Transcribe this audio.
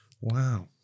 Wow